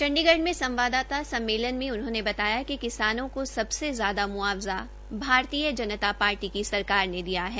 चंडीगढ़ में संवाददाता सम्मेलन में उन्होंने बताया कि किसानों को सबसे ज्यादा मुआवजा भारतीय जनता पार्टी की सरकार ने दिया है